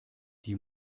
die